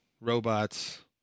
robots